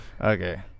Okay